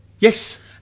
Yes